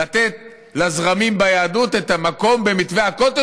לתת לזרמים ביהדות את המקום במתווה הכותל,